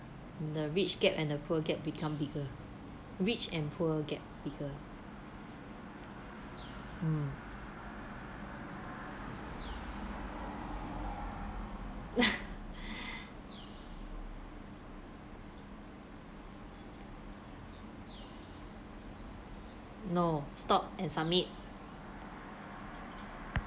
the rich gap and the poor gap become bigger rich and poor gap bigger mm no stop and submit